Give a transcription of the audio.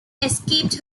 escaped